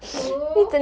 true